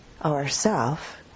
ourself